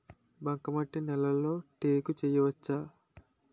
బంకమట్టి నేలలో టేకు వేయవచ్చా?